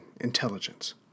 intelligence